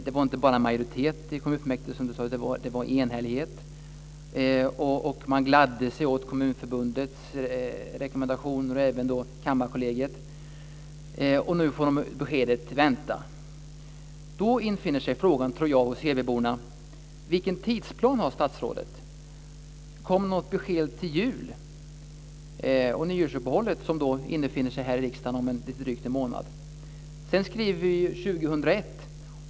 Det var inte bara en majoritet i kommunfullmäktige utan det var enhällighet. Man gladde sig åt Kommunförbundets och Kammarkollegiets rekommendationer. Nu får kommunen beskedet att vänta. Då infinner sig frågan hos hebyborna om vilken tidsplan statsrådet har. Kommer något besked till juluppehållet, som infinner sig i riksdagen om en dryg månad? Sedan skriver vi 2001.